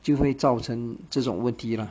就会造成这种问题 lah